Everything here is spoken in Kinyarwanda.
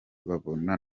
babona